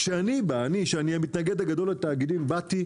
כשאני שאני המתנגד הגדול לתאגידים באתי